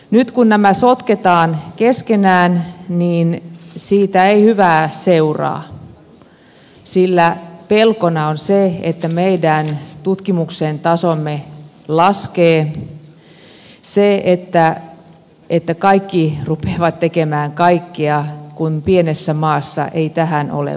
nyt kun nämä sotketaan keskenään siitä ei hyvää seuraa sillä pelkona on että meidän tutkimuksemme taso laskee kun kaikki rupeavat tekemään kaikkea kun pienessä maassa ei tähän ole varaa